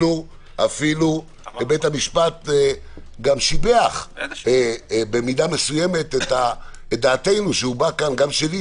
בית המשפט גם שיבח במידה מסוימת את דעתנו גם שלי,